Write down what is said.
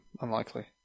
unlikely